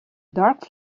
dark